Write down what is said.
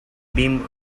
beam